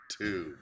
two